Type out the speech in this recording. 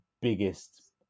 biggest